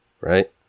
right